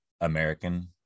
American